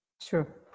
Sure